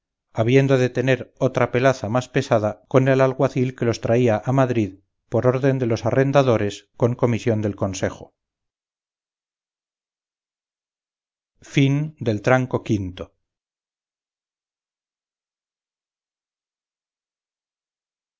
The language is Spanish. habiendo de tener otra pelaza más pesada con el alguacil que los traía a madrid por orden de los arrendadores con comisión del consejo tranco